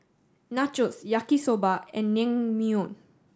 Nachos Yaki Soba and Naengmyeon